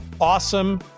awesome